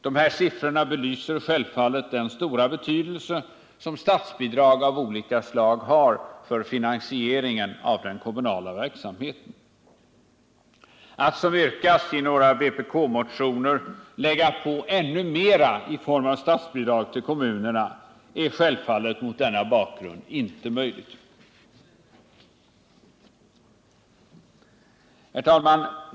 De här siffrorna belyser självfallet den stora betydelse som statsbidrag av olika slag har för finansieringen av den kommunala verksamheten. Att som yrkas i några vpk-motioner lägga på ännu mera i form av statsbidrag till kommunerna är mot denna bakgrund självfallet inte möjligt. Herr talman!